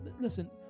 Listen